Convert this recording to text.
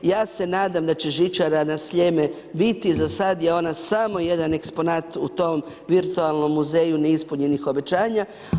Ja se nadam da će žičara na Sljeme biti, za sad je ona samo jedan eksponat u tom virtualnom muzeju neispunjenih obećanja.